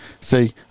See